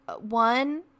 One